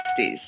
60s